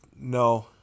no